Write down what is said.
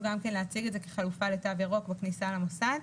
להציג את זה כחלופה לתו ירוק בכניסה למוסד.